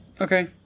Okay